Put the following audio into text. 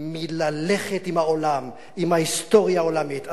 מללכת עם העולם, עם ההיסטוריה העולמית.